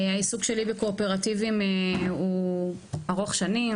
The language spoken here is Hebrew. העיסוק שלי בקואופרטיבים הוא ארוך שנים,